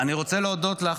אני רוצה להודות לך,